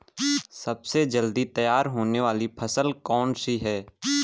सबसे जल्दी तैयार होने वाली फसल कौन सी है?